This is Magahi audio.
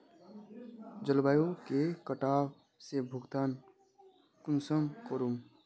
जलवायु के कटाव से भुगतान कुंसम करूम?